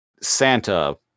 Santa